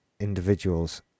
individuals